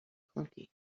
clunky